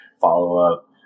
follow-up